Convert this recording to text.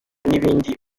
n’ibindi